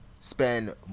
Spend